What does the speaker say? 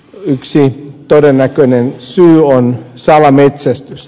yksi todennäköinen syy on salametsästys